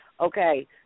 Okay